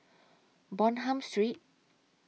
Bonham Street